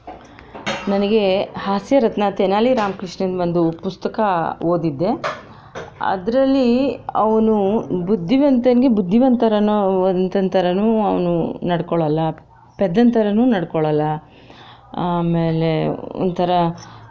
ನನಗೆ ಹಾಸ್ಯರತ್ನ ತೆನಾಲಿ ರಾಮ್ಕೃಷ್ಣಂದು ಒಂದು ಪುಸ್ತಕ ಓದಿದ್ದೆ ಅದರಲ್ಲಿ ಅವನು ಬುದ್ಧಿವಂತಂಗೆ ಬುದ್ಧಿವಂತರನ್ನು ವಂತನ ಥರನೂ ಅವನು ನಡ್ಕೊಳೋಲ್ಲ ಪೆದ್ದನ ಥರನೂ ನಡ್ಕೊಳೋಲ್ಲ ಆಮೇಲೆ ಒಂಥರ